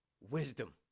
wisdom